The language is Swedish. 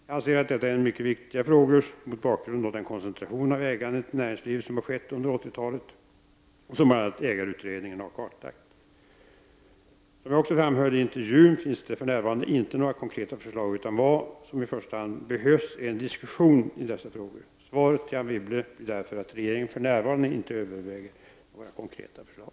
Jag anser att detta är mycket viktiga frågor mot bakgrund av den koncentration av ägandet i näringslivet som har skett under 1980-talet och som bl.a. ägarutredningen har kartlagt. Som jag också framhöll i intervjun finns det för närvarande inte några konkreta förslag, utan vad som i första hand behövs är en diskussion i dessa frågor. Svaret till Anne Wibble blir därför att regeringen för närvarande inte överväger några konkreta förslag.